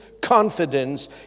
confidence